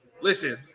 Listen